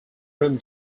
room